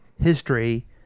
history